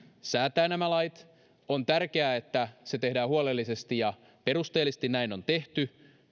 säätää nämä lait on tärkeää että se tehdään huolellisesti ja perusteellisesti näin on tehty